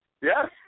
Yes